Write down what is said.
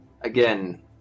Again